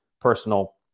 personal